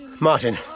Martin